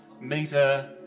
meter